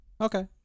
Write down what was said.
Okay